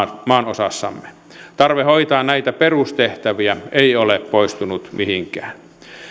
maanosassamme tarve hoitaa näitä perustehtäviä ei ole poistunut mihinkään